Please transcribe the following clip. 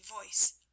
voice